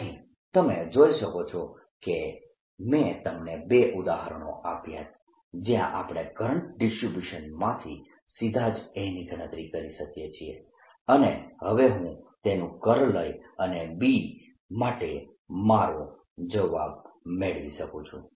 તેથી તમે જોઈ શકો છો કે મેં તમને બે ઉદાહરણો આપ્યા જ્યાં આપણે કરંટ ડિસ્ટ્રીબ્યુશનમાંથી સીધા જ A ની ગણતરી કરી શકીએ છીએ અને હવે હું તેનું કર્લ લઇ અને B માટે મારો જવાબ મેળવી શકું છું